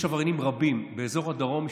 יש עבריינים רבים באזור הדרום,